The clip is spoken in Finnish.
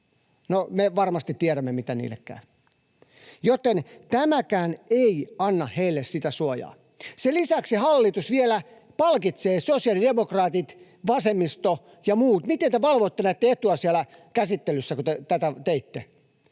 me varmasti tiedämme, miten heille käy. Eli tämäkään ei anna heille sitä suojaa. Sen lisäksi hallitus vielä palkitsee — sosiaalidemokraatit, vasemmisto ja muut, miten te valvoitte heidän etuaan siellä käsittelyssä, kun te tätä teitte?